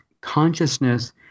consciousness